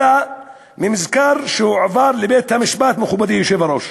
מזכר שהועבר לבית-המשפט, מכובדי היושב-ראש,